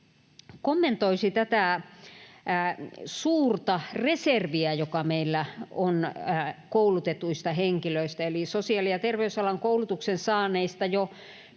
kommentoisi tätä suurta reserviä, joka meillä on koulutetuista henkilöistä eli sosiaali- ja terveysalan koulutuksen saaneista. Jo